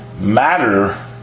matter